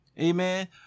Amen